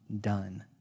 done